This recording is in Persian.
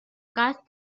قصد